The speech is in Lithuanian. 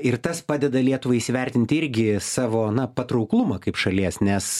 ir tas padeda lietuvai įsivertint irgi savo na patrauklumą kaip šalies nes